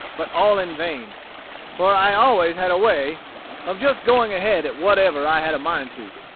but all in vain for i always had a way of just going ahead at whatever i had a mind to.